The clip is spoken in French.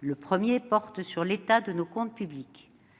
Le premier message porte sur l'état de nos comptes publics.